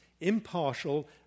impartial